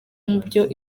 mubyo